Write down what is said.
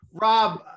Rob